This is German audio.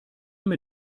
mit